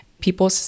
people